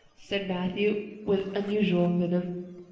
said matthew with unusual vim.